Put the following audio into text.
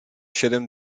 siedem